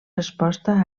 resposta